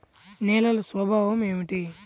నేలల స్వభావం ఏమిటీ?